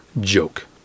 joke